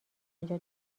انجا